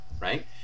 right